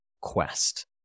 quest